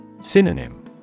Synonym